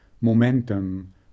momentum